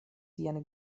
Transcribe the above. sian